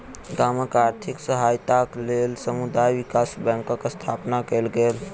गामक आर्थिक सहायताक लेल समुदाय विकास बैंकक स्थापना कयल गेल